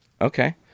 Okay